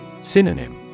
Synonym